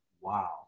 wow